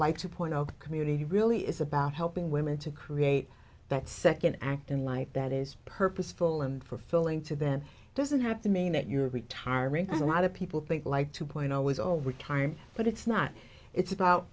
like two point zero community really is about helping women to create that second act in life that is purposeful and for filling to them doesn't have to mean that you're retiring and a lot of people think like to point always over time but it's not it's about